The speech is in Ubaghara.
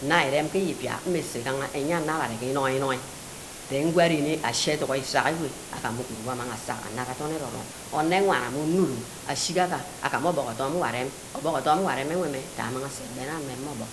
Na irem gee eyibia musu igaha eyia naha arear gear inug-inug then go arw-na ke educk esegi ewe amang uguru agama asek udorn ero-rome. ene-wana mmeh onurum asigaga agama obuck odum wor arem, orduck odum wor areme ye mmeh amang aseh ebene ayo meme gee orbuck,